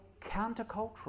countercultural